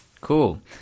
cool